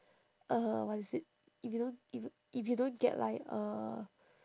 uh what is it if you don't if y~ if you don't get like a